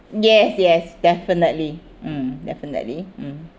yes yes definitely mm definitely mm